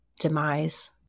demise